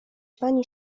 pani